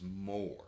more